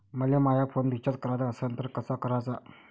मले माया phone recharge कराचा असन तर कसा कराचा?